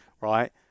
right